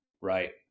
right